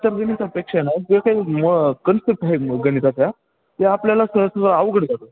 इतर गणितापेक्षा नं जे काही मग कन्स्पेक्ट आहेत मग गणिताच्या ते आपल्याला तसलं अवघड जातं